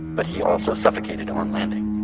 but he also suffocated on landing